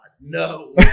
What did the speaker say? No